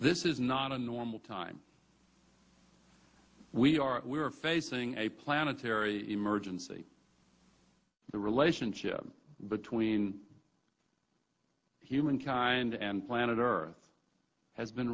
this is not a normal time we are we are facing a planetary emergency the relationship between humankind and planet earth has been